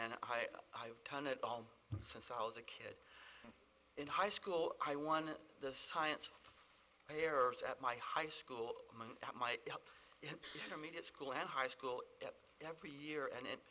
and turn it on since i was a kid in high school i won the science errors at my high school that might help for me to school and high school every year and